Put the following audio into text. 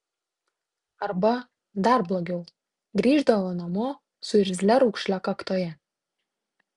arba dar blogiau grįždavo namo su irzlia raukšle kaktoje